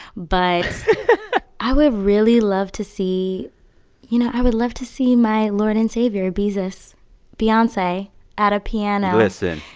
but i would really love to see you know, i would love to see my lord and savior beezus beyonce at a piano. yeah listen.